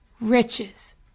riches